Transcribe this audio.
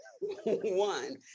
one